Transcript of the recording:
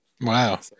wow